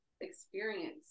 experience